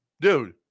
dude